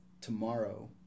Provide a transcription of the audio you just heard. tomorrow